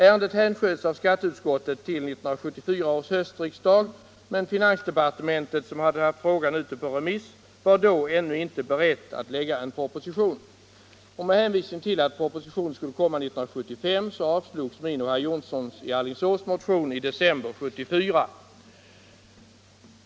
Ärendet hänsköts av skatteutskottet till 1974 års höstriksdag, men finansdepartementet, som hade haft frågan ute på remiss, var då ännu inte berett att lägga en proposition. Med hänvisning till att proposition skulle komma 1975 avslogs herr Jonssons och min motion i december 1974.